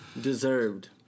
Deserved